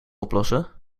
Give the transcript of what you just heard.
oplossen